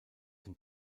dem